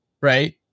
right